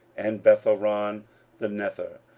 and bethhoron the nether,